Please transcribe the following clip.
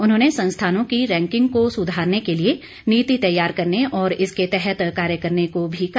उन्होंने संस्थानों की रैंकिंग को सुधारने के लिए नीति तैयार करने और इसके तहत कार्य करने को भी कहा